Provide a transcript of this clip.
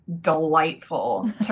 delightful